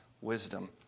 wisdom